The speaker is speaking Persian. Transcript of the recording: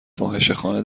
فاحشهخانه